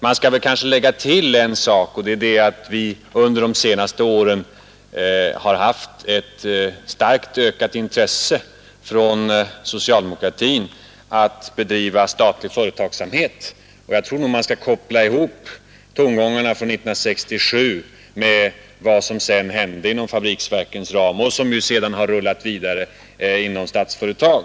Man skall kanske lägga till en sak, och det är att vi under de senaste åren har haft ett starkt ökat intresse från socialdemokratin att bedriva statlig företagsamhet. Jag tror nog att man måste koppla ihop tongångarna från 1967 med vad som sedan hände inom fabriksverkens ram och som ju sedan har rullat vidare inom Statsföretag.